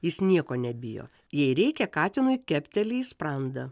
jis nieko nebijo jei reikia katinui kepteli į sprandą